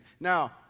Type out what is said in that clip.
Now